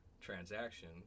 transaction